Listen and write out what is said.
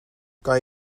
kan